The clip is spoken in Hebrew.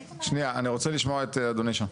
שנייה, אני רוצה לשמוע את אדוני שם.